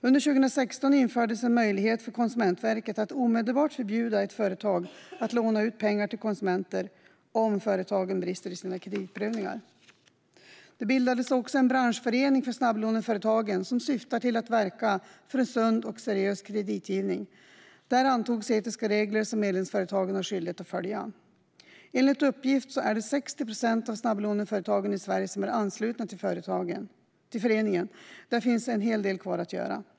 Under 2016 infördes en möjlighet för Konsumentverket att omedelbart förbjuda ett företag att låna ut pengar till konsumenter om företagen brister i sina kreditprövningar. Det bildades också en branschförening för snabblåneföretagen. Den syftar till att verka för en sund och seriös kreditgivning. Där antogs etiska regler som medlemsföretagen har skyldighet att följa. Enligt uppgift är det 60 procent av snabblåneföretagen i Sverige som är anslutna till föreningen. Där finns en hel del kvar att göra.